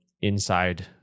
inside